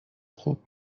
خوب